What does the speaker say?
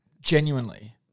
Genuinely